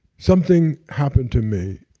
something happened to me